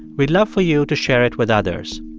we'd love for you to share it with others.